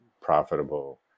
profitable